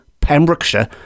Pembrokeshire